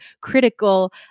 critical